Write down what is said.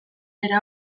era